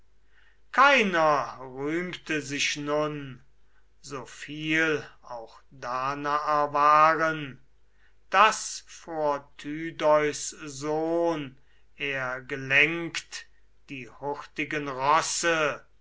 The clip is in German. keiner rühmte sich nun so viel auch danaer waren daß vor tydeus sohn er gelenkt die hurtigen rosse